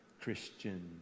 Christian